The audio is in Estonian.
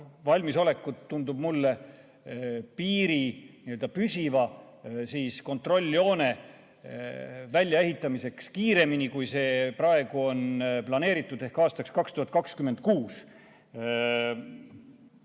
valmisolekut, tundub mulle, piiril püsiva kontrolljoone väljaehitamiseks kiiremini, kui praegu on planeeritud ehk aastaks 2026.